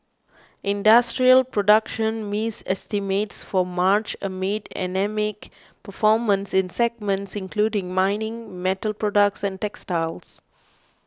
industrial production missed estimates for March amid anaemic performance in segments including mining metal products and textiles